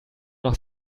noch